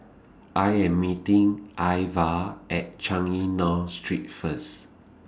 I Am meeting Iva At Changi North Street First